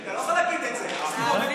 אתה לא יכול להגיד את זה, הפגנה,